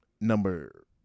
number